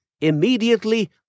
Immediately